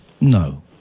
No